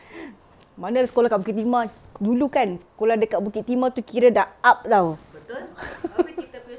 mana sekolah kat bukit timah dulu kan sekolah dekat bukit timah itu kira sudah up tahu